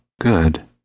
Good